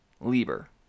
Lieber